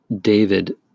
David